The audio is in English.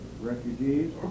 refugees